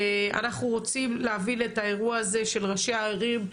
אנחנו רוצים להבין את האירוע הזה של ראשי הערים,